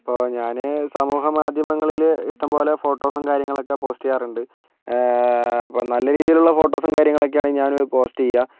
ഇപ്പോൾ ഞാന് സമൂഹമാധ്യമങ്ങളില് ഇഷ്ടംപോലെ ഫോട്ടോസും കാര്യങ്ങളുമൊക്കെ പോസ്റ്റ് ചെയ്യാറുണ്ട് അപ്പോൾ നല്ലരീതിയിലുള്ള ഫോട്ടോസും കാര്യങ്ങളൊക്കെയാണ് ഞാന് പോസ്റ്റ് ചെയ്യുക